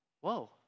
whoa